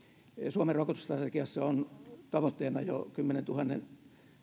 suomen strategiassa on tavoitteena jo kymmenentuhannen